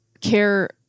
care